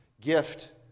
gift